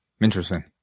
Interesting